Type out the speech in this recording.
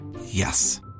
Yes